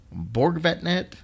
Borgvetnet